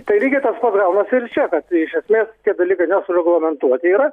tai lygiai tas pats gaunasi ir čia kad iš esmės tie dalykai nesureglamentuoti yra